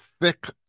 thick